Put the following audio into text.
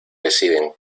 deciden